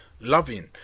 loving